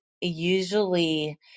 usually